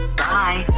bye